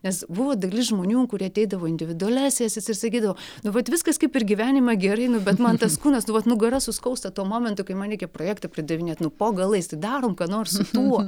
nes buvo dalis žmonių kurie ateidavo į individualias sesijas ir sakydavo nu vat viskas kaip ir gyvenime gerai nu bet man tas kūnas nu vat nugara suskausta tuo momentu kai man reikia projektą pridavinėt nu po galais tai darom ką nors su tuo